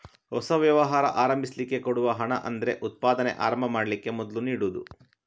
ಹೊಸ ವ್ಯವಹಾರ ಆರಂಭಿಸ್ಲಿಕ್ಕೆ ಕೊಡುವ ಹಣ ಅಂದ್ರೆ ಉತ್ಪಾದನೆ ಆರಂಭ ಮಾಡ್ಲಿಕ್ಕೆ ಮೊದ್ಲು ನೀಡುದು